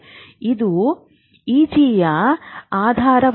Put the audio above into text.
ಇದು ಇಜಿಯ ಆಧಾರವಾಗಿದೆ